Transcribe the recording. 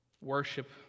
worship